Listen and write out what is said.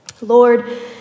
Lord